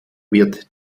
wird